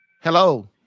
Hello